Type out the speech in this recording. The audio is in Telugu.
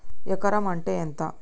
ఎకరం అంటే ఎంత?